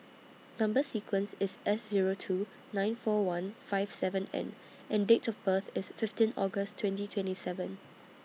Number sequence IS S Zero two nine four one five seven N and Date of birth IS fifteen August twenty twenty seven